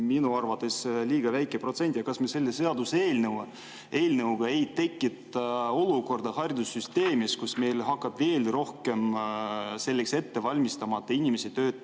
minu arvates liiga väike protsent. Kas me selle seaduseelnõuga ei tekita haridussüsteemis olukorda, kus meil hakkab veel rohkem selleks ettevalmistamata inimesi töötama